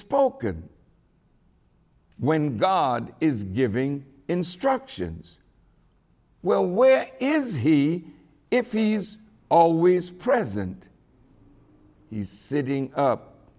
spoken when god is giving instructions well where is he if he's always present sitting